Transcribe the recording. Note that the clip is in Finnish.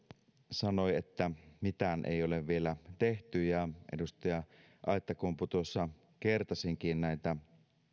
sanoi että mitään ei ole vielä tehty ja edustaja aittakumpu tuossa kertasikin näitä